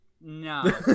No